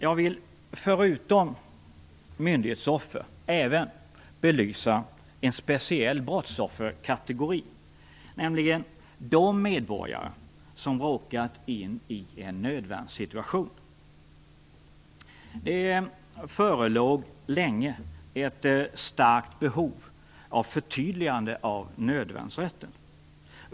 Jag vill förutom myndighetsoffer även belysa en speciell brottsofferkategori, nämligen de medborgare som råkat i en nödvärnssituation. Det förelåg länge ett starkt behov av förtydligande av nödvärnsrätten.